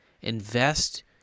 Invest